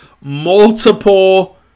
multiple